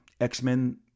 X-Men